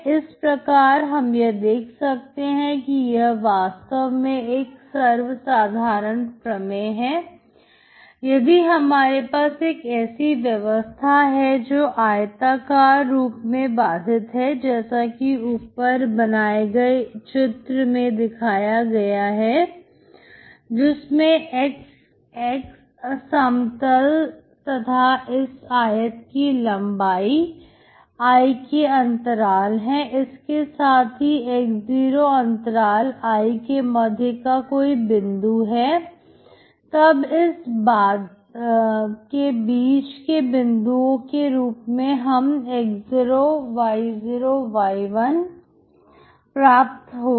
इस प्रकार हम यह देख रहे हैं कि यह वास्तव में एक सर्वसाधारण प्रमेय हे यदि हमारे पास एक ऐसी व्यवस्था है जो आयताकार रूप में बाधित है जैसा कि ऊपर बनाए गए चित्र में दिखाया गया है जिसमें xX समतल तथा इस आयत की लंबाई I अंतराल है इसके साथ ही x0 अंतराल I के मध्य का कोई बिंदु है तब इस बाधित के बीच के बिंदु के रूप में हमें x0y0 y1 प्राप्त होगा